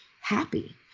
happy